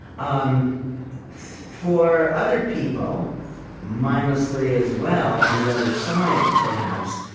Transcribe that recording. um for other people mindlessly, as well, on the other side, perhaps,